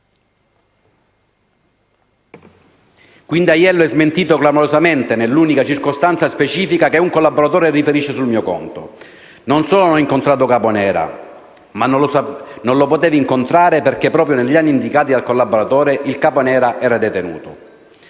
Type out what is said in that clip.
Quindi, Aiello è smentito clamorosamente sull'unica circostanza specifica che un collaboratore riferisce sul mio conto. Non solo non ho incontrato Caponera, ma non lo potevo incontrare perché proprio negli anni indicati dal collaboratore il Caponera era detenuto.